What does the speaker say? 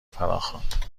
فراخواند